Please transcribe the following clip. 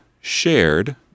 shared